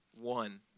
one